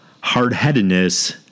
hard-headedness